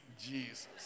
Jesus